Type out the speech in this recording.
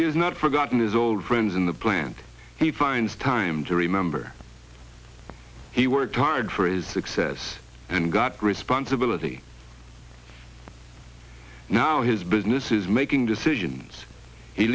has not forgotten his old friends in the plant he finds time to remember he worked hard for is success and got responsibility now his business is making decisions he